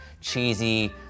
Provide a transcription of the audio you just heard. cheesy